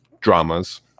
dramas